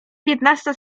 piętnasta